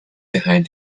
behind